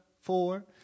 four